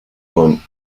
con